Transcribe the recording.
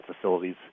facilities